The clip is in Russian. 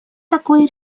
такое